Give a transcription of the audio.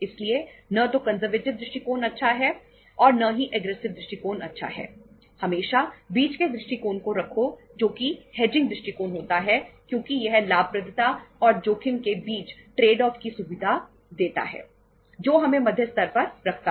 इसलिए न तो कंजरवेटिव की सुविधा देता है जो हमें मध्य स्तर पर रखता है